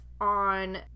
on